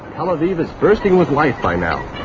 tel aviv is bursting with life by now.